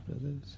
brothers